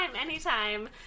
Anytime